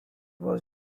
was